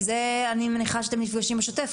זה אני מניחה שאתם נפגשים בשותף,